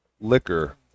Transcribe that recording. liquor